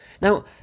Now